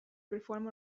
perform